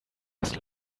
was